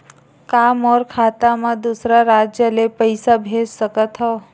का मोर खाता म दूसरा राज्य ले पईसा भेज सकथव?